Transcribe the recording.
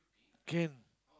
can